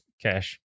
cash